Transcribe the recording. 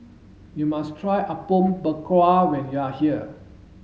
you must try Apom Berkuah when you are here